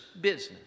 business